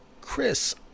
Chris